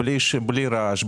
בלי רעש,